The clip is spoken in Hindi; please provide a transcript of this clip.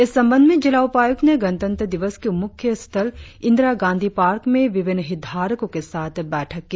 इस संबंध में जिला उपायुक्त ने गणतंत्र दिवस के मुख्य स्थल इंदीरा गांधी पार्क में विभिन्न हितधारको के साथ बैठक की